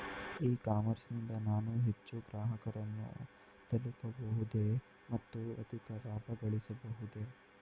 E commerce ನಿಂದ ನಾನು ಹೆಚ್ಚು ಗ್ರಾಹಕರನ್ನು ತಲುಪಬಹುದೇ ಮತ್ತು ಅಧಿಕ ಲಾಭಗಳಿಸಬಹುದೇ?